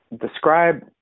describe